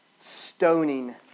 stoning